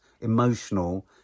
emotional